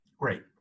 Great